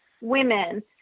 women